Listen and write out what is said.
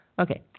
Okay